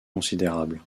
considérable